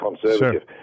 conservative